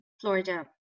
Florida